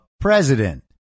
president